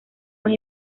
más